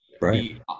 Right